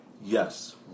yes